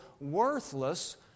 worthless